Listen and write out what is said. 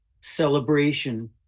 celebration